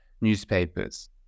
newspapers